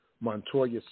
Montoya